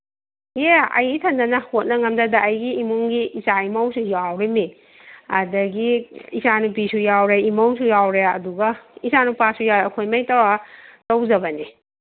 ꯌꯥ ꯑꯩꯒꯤꯈꯛꯇꯅ ꯍꯣꯠꯅ ꯉꯝꯗꯗ ꯂꯩꯒꯤ ꯏꯃꯨꯡꯒꯤ ꯏꯆꯥ ꯏꯃꯧꯁꯨ ꯌꯥꯎꯔꯤꯝꯅꯤ ꯑꯗꯒꯤ ꯏꯆꯥꯅꯨꯄꯤꯁꯨ ꯌꯥꯎꯔꯦ ꯏꯃꯧꯁꯨ ꯌꯥꯎꯦ ꯑꯗꯨꯒ ꯏꯆꯥꯅꯨꯄꯥꯁꯨ ꯌꯥꯎꯋꯦ ꯑꯩꯈꯣꯏꯃꯩ ꯇꯧꯔꯒ ꯇꯧꯖꯕꯅꯤ